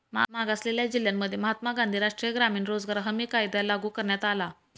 मागासलेल्या जिल्ह्यांमध्ये महात्मा गांधी राष्ट्रीय ग्रामीण रोजगार हमी कायदा लागू करण्यात आला